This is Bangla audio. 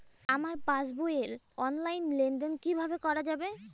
আমার পাসবই র অনলাইন লেনদেন কিভাবে করা যাবে?